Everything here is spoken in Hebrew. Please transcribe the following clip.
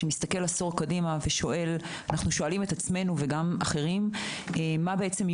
מסתכלים עשור קדימה ושואלים את עצמנו וגם את אחרים מה יהיו